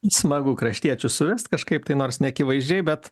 į smagu kraštiečius suvest kažkaip tai nors neakivaizdžiai bet